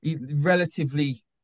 relatively